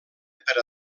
per